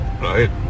right